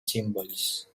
symbols